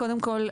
קודם כל אני,